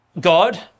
God